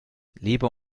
leber